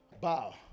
Bow